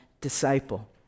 disciple